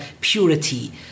purity